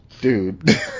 dude